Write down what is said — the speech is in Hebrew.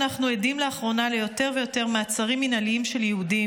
אנחנו עדים לאחרונה ליותר ויותר מעצרים מינהליים של יהודים,